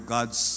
God's